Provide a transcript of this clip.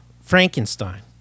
Frankenstein